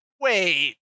Wait